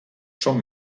són